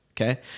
Okay